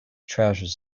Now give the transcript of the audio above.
trousers